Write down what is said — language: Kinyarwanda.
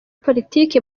politiki